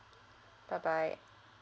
bye bye